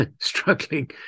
struggling